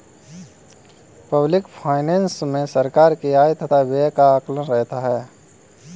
public finance मे सरकार के आय तथा व्यय का आकलन रहता है